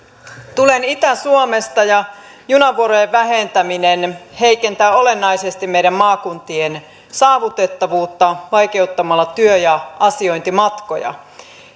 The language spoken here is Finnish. tulen itä suomesta ja junavuorojen vähentäminen heikentää olennaisesti meidän maakuntien saavutettavuutta vaikeuttamalla työ ja asiointimatkoja